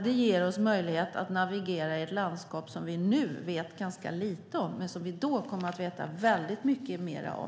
Det ger oss en möjlighet att navigera i ett landskap som vi nu vet ganska lite om men som vi då kommer att veta väldigt mycket mer om.